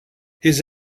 his